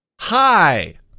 hi